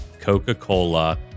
Coca-Cola